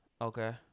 Okay